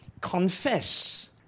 confess